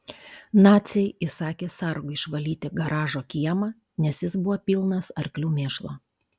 naciai įsakė sargui išvalyti garažo kiemą nes jis buvo pilnas arklių mėšlo